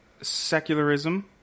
secularism